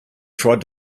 tried